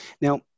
Now